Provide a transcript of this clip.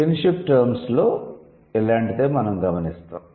kinship terms లో ఇలాంటిదే మనం గమనిస్తాము